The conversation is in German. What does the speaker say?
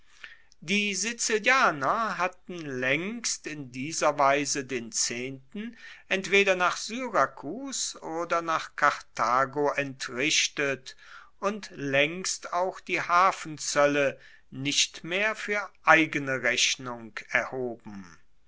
die sizilianer hatten laengst in dieser weise den zehnten entweder nach syrakus oder nach karthago entrichtet und laengst auch die hafenzoelle nicht mehr fuer eigene rechnung erhoben